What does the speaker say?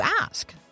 ask